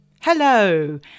Hello